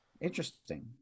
Interesting